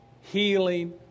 healing